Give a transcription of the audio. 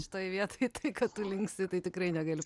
šitoj vietoj tai kad tu linksi tai tikrai negaliu